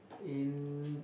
in